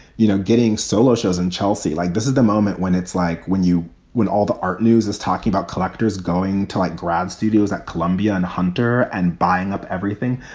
you know, getting solo shows. and chelsea like this is the moment when it's like when you when all the art news is talking about collectors going to like grad studios at columbia and hunter and buying up everything,